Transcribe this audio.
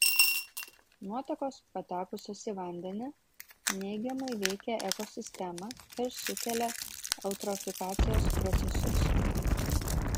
nuotekos patekusios į vandenį neigiamai veikia ekosistemą ir sukelia eutrofikacijos procesus